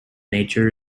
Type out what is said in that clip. nature